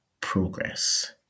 progress